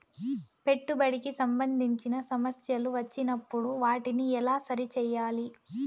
పెట్టుబడికి సంబంధించిన సమస్యలు వచ్చినప్పుడు వాటిని ఎలా సరి చేయాలి?